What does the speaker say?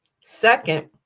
Second